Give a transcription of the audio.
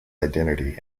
identity